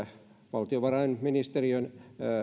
valtiovarainministeriön